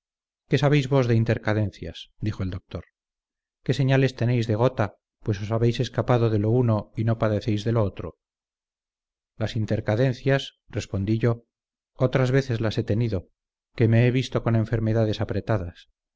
sabéis vos de intercadencias dijo el doctor qué señales tenéis de gota pues os habéis escapado de lo uno y no padecéis de lo otro las intercadencias respondí yo otras veces las he tenido que me he visto con enfermedades apretadas